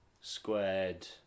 squared